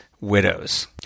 widows